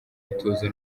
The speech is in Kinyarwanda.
ituze